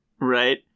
Right